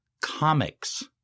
comics